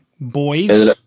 boys